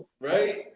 right